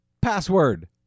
Password